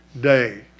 day